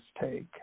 take